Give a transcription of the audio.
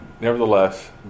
nevertheless